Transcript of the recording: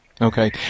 Okay